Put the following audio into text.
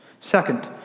Second